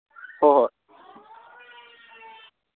ꯍꯣꯏ ꯍꯣꯏ